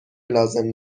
لازم